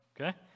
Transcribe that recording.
Okay